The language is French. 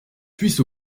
puisse